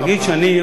למשל,